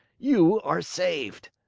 you are saved!